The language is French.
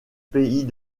pays